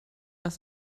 das